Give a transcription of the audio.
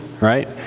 right